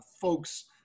folks